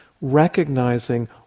recognizing